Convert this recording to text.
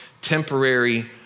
temporary